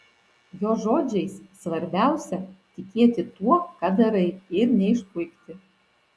jo žodžiais svarbiausia tikėti tuo ką darai ir neišpuikti